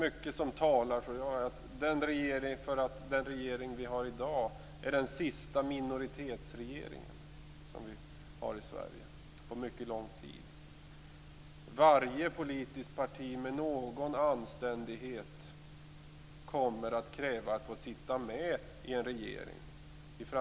Mycket talar för att den regering som sitter i dag är den sista minoritetsregeringen i Sverige. Varje politiskt parti med någon anständighet kommer i framtiden att kräva att få sitta med i en regering.